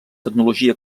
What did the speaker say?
tecnologia